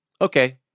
Okay